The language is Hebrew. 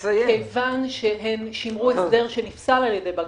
כיוון שהן שימרו הסדר שנפסל על ידי בג"ץ.